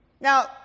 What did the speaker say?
Now